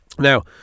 Now